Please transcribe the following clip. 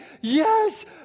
Yes